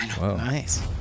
Nice